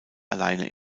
alleine